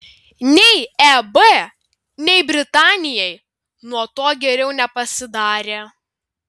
nei eb nei britanijai nuo to geriau nepasidarė